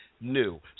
new